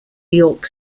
york